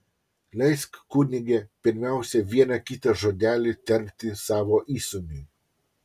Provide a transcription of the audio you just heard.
leisk kunige pirmiausia vieną kitą žodelį tarti savo įsūniui